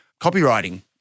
copywriting